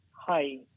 Hi